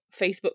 Facebook